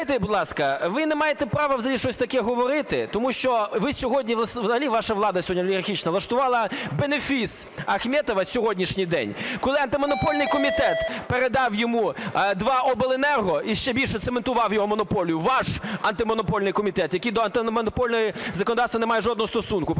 ви не маєте права взагалі щось таке говорити, тому що ви сьогодні, взагалі ваша влада сьогодні олігархічна, влаштувала бенефіс Ахметова в сьогоднішній день, коли Антимонопольний комітет передав йому два обленерго і ще більше цементував його монополію. Ваш Антимонопольний комітет, який до антимонопольного законодавства не має жодного стосунку,